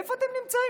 איפה אתם נמצאים?